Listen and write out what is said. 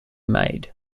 made